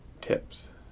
tips